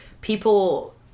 people